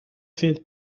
c’est